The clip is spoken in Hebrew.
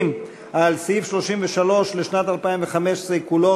על סעיף 33 לשנת 2015 כולו,